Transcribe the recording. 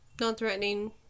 Non-threatening